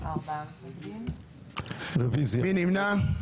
4. מי נמנע?